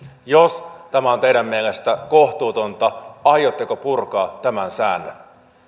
jos tämä on teidän mielestänne kohtuutonta aiotteko purkaa tämän säännön